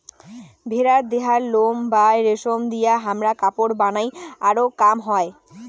ভেড়ার দেহার লোম বা রেশম দিয়ে হামরা কাপড় বানাই আরো কাম হই